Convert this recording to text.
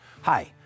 Hi